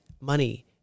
money